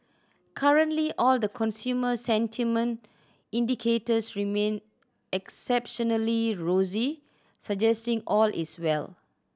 currently all the consumer sentiment indicators remain exceptionally rosy suggesting all is well